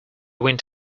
wind